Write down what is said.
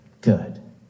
good